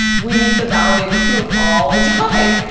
we need to validate the truth all the time.